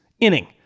inning